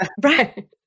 right